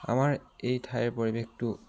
আমাৰ এই ঠাইৰ পৰিৱেশটো